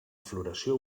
floració